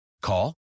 Call